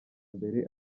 mbere